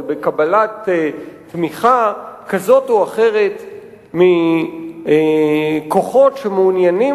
ובקבלת תמיכה כזאת או אחרת מכוחות שמעוניינים